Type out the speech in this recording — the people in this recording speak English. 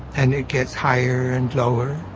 and it gets higher and lower,